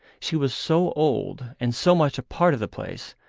she was so old and so much a part of the place,